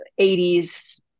80s